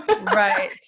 Right